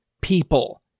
people